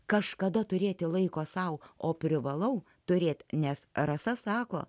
kažkada turėti laiko sau o privalau turėti nes rasa sako